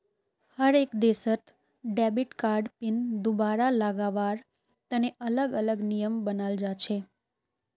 हर एक देशत debit card PIN दुबारा लगावार तने अलग अलग नियम बनाल जा छे